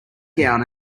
gown